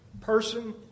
person